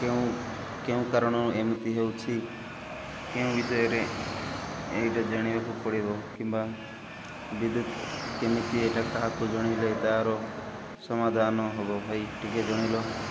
କେଉଁ କେଉଁ କାରଣ ଏମିତି ହେଉଛି କେଉଁ ବିଷୟରେ ଏଇଟା ଜାଣିବାକୁ ପଡ଼ିବ କିମ୍ବା ବିଦ୍ୟୁତ୍ କେମିତି ଏଇଟା କାହାକୁ ଜଣାଇଲେ ତା'ର ସମାଧାନ ହବ ଭାଇ ଟିକେ ଜଣାଇଲ